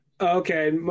Okay